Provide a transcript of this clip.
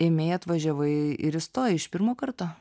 ėmei atvažiavai ir įstojai iš pirmo karto